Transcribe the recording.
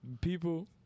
People